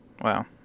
Wow